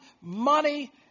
money